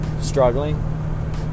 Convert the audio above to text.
struggling